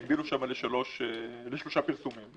שהגבילו שם לשלושה פרסומים.